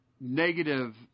negative